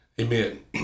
Amen